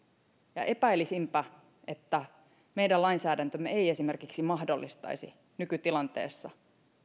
ja epäilisinpä että meidän lainsäädäntömme ei esimerkiksi mahdollistaisi nykytilanteessa